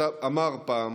אמר פעם,